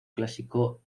clásico